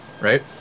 right